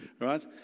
right